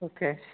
okay